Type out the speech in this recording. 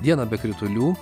dieną be kritulių